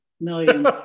Million